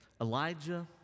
Elijah